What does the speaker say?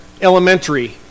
elementary